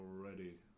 already